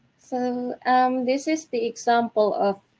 so um this is the example of